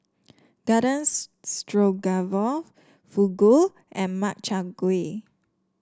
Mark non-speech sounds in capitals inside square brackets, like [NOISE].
Garden [UNINTELLIGIBLE] Stroganoff Fugu and Makchang Gui